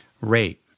rate